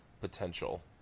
potential